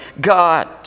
God